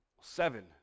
Seven